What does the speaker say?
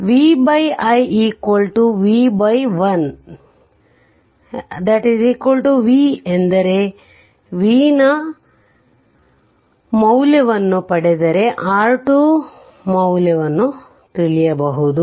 ಆದ್ದರಿಂದ V i V 1 V ಎಂದರೆ Vನ ಮೌಲ್ಯ ವನ್ನು ಪಡೆದರೆ R2 ಮೌಲ್ಯವನ್ನು ತಿಳಿಯಬಹುದು